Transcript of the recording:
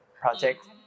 project